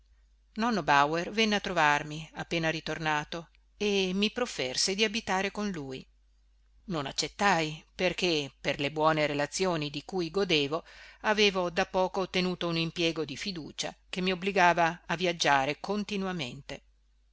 nonno bauer venne a trovarmi appena ritornato e mi profferse di abitare con lui non accettai perché per le buone relazioni di cui godevo avevo da poco ottenuto un impiego di fiducia che mobbligava a viaggiare continuamente